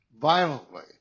violently